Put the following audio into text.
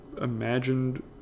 imagined